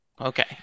okay